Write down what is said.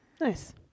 Nice